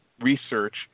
research